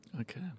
Okay